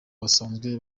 basanzwe